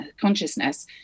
consciousness